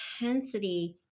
intensity